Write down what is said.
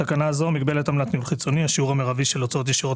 בתקנה זו "מגבלת ניהול חיצוני" השיעור המרבי של הוצאות ישירות